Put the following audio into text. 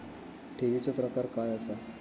ठेवीचो प्रकार काय असा?